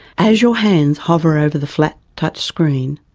as your hands hover over the flat touch screen,